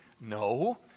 No